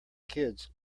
kids